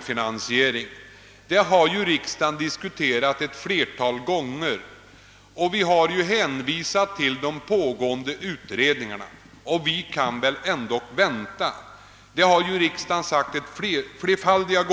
frå ring har ju riksdagen diskuterat ett flertal gånger. Det har därvid hänvisats till pågående utredningar och att vi bör vänta tills dessa är färdiga.